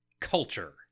culture